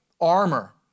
armor